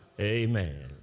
amen